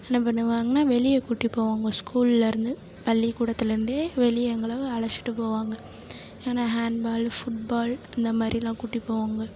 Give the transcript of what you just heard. என்ன பண்ணுவாங்கன்னால் வெளியே கூட்டி போவாங்க ஸ்கூல்லேருந்து பள்ளிக்கூடத்துலேருந்தே வெளியே எங்களை அழைச்சிட்டு போவாங்க ஏன்னா ஹேண்ட்பால் ஃபுட்பால் அந்த மாதிரிலாம் கூட்டி போவாங்க